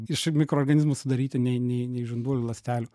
iš mikroorganizmų sudaryti nei nei nei iš žinduolių ląstelių